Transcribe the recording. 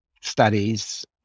studies